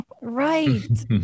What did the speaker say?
Right